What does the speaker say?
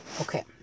Okay